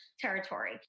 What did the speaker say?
territory